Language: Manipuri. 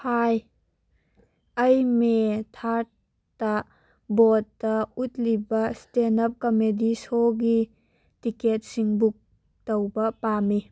ꯍꯥꯏ ꯑꯩ ꯃꯦ ꯊꯥꯔꯠꯇ ꯕꯣꯔꯠꯇ ꯎꯠꯂꯤꯕ ꯏꯁꯇꯦꯟ ꯑꯞ ꯀꯃꯦꯗꯤ ꯁꯣꯒꯤ ꯇꯤꯀꯦꯠꯁꯤꯡ ꯕꯨꯛ ꯇꯧꯕ ꯄꯥꯝꯃꯤ